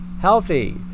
healthy